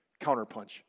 counterpunch